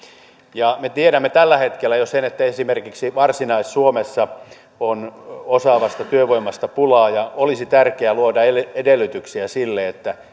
me tiedämme tällä hetkellä jo sen että esimerkiksi varsinais suomessa on osaavasta työvoimasta pulaa ja olisi tärkeää luoda edellytyksiä sille että